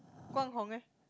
Guang Hong leh